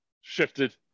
shifted